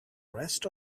rest